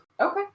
Okay